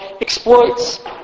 exploits